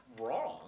wrong